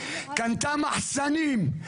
קנתה מחסנים,